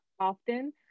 often